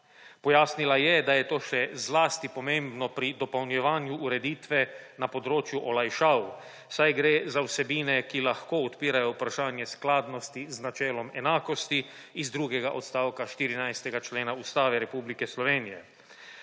Pojasnila je, da je to še zlasti pomembno pri dopolnjevanju ureditve na področju olajšav, saj gre za vsebine, ki lahko odpirajo vprašanje skladnosti z načelom enakosti iz drugega odstavka 14. člena Ustave Republike Slovenije.